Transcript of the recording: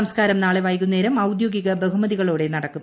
സംസ്കാരം നാളെ വൈകുന്നേരം ഔദ്യോഗിക ബഹുമതികളോടെ നടക്കും